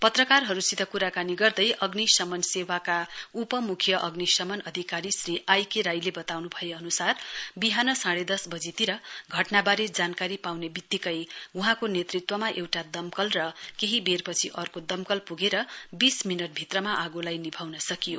पत्रकारहरुसित कुराकानी गर्दै अग्नि शमन सेवाका उपमुख्य अग्नि शमन अधिकारीले श्री आई के राईले वताउनु भए अनुसार विहान साँढ़ दस वजी तिर घटनावारे जानकारी पाउने वित्तिकै वहाँको नेतृत्वमा एउटा दम्कल र केही वेरपछि अर्को दम्कल पुगेर वीस मिनट भित्रमा आगोलाई निभाउन सकियो